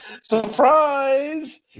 Surprise